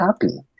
happy